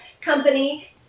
company